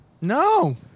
No